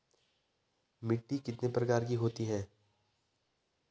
मिट्टी कितने प्रकार की होती हैं?